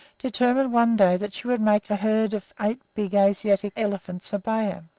determined one day that she would make a herd of eight big asiatic elephants obey her,